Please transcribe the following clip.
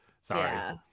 sorry